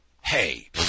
hey